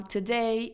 Today